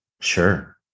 Sure